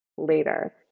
Later